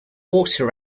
water